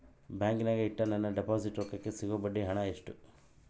ಬ್ಯಾಂಕಿನಾಗ ಇಟ್ಟ ನನ್ನ ಡಿಪಾಸಿಟ್ ರೊಕ್ಕಕ್ಕೆ ಸಿಗೋ ಬಡ್ಡಿ ಹಣ ಎಷ್ಟು?